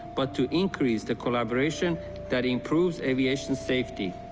but to increase the collaboration that improves aviation safety.